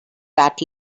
that